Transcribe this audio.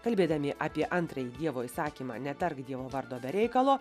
kalbėdami apie antrąjį dievo įsakymą netark dievo vardo be reikalo